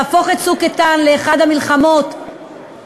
להפוך את "צוק איתן" לאחת המלחמות הלא-מוסריות,